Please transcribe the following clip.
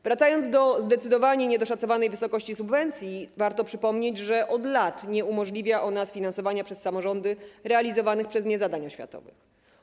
Wracając do zdecydowanie niedoszacowanej wysokości subwencji, warto przypomnieć, że od lat nie umożliwia ona sfinansowania przez samorządy realizowanych przez nie zadań oświatowych.